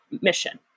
mission